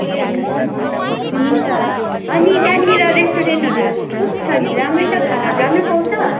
ए हुन् हुन्छ अनि त्यहाँनिर रेस्टुरेन्टहरू कस्तो छ नि राम्रै छ खानाहरू राम्रो पाउँछ